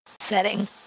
Setting